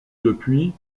depuis